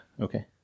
Okay